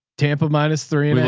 tampa, minus three. and